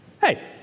hey